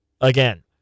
again